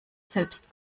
selbst